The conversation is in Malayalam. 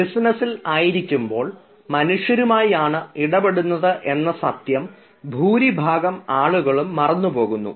ബിസിനസ്സിൽ ആയിരിക്കുമ്പോൾ മനുഷ്യരുമായാണ് ഇടപെടുന്നത് എന്ന സത്യം ഭൂരിഭാഗം ആളുകളും മറന്നുപോകുന്നു